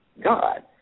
God